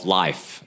life